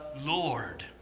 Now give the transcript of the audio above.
Lord